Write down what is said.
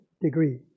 degree